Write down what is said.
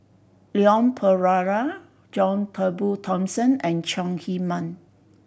Leon Perera John Turnbull Thomson and Chong Heman